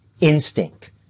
instinct